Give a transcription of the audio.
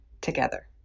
together